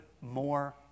more